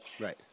Right